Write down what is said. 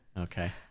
Okay